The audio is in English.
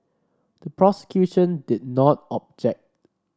the prosecution did not object